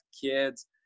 kids